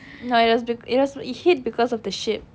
no it was because it hit because of the ship